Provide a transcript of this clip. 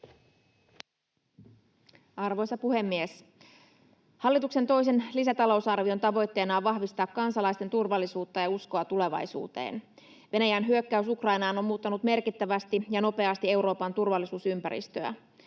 Arvoisa puhemies! Hallituksen toisen lisätalousarvion tavoitteena on vahvistaa kansalaisten turvallisuutta ja uskoa tulevaisuuteen. Venäjän hyökkäys Ukrainaan on muuttanut merkittävästi ja nopeasti Euroopan turvallisuusympäristöä.